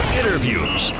interviews